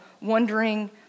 wondering